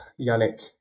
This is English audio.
Yannick